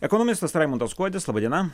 ekonomistas raimundas kuodis laba diena